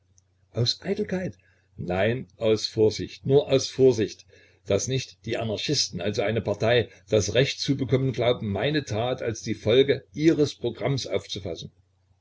aus eitelkeit nein aus vorsicht nur aus vorsicht daß nicht die anarchisten also eine partei das recht zu bekommen glauben meine tat als die folge ihres programms aufzufassen